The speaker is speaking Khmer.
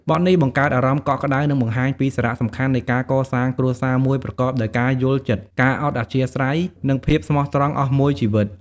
បទនេះបង្កើតអារម្មណ៍កក់ក្តៅ និងបង្ហាញពីសារៈសំខាន់នៃការកសាងគ្រួសារមួយប្រកបដោយការយល់ចិត្ត ការអត់អធ្យាស្រ័យ និងភាពស្មោះត្រង់អស់មួយជីវិត។